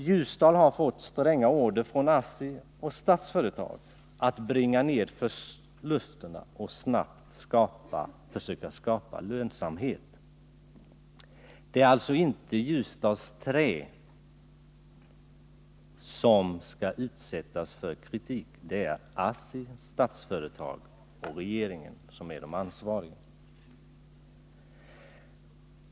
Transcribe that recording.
Ljusdals Trä har fått stränga order från ASSI och Statsföretag att bringa ned förlusterna och snabbt försöka skapa lönsamhet. Det är alltså inte Ljusdals Trä som skall utsättas för kritik — det är ASSI, Statsföretag och regeringen som är de ansvariga.